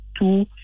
two